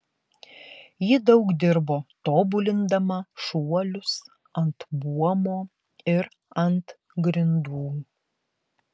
ji daug dirbo tobulindama šuolius ant buomo ir ant grindų